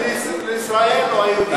העם הפלסטיני הכיר בזכות של ישראל או היהודים,